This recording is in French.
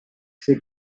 ses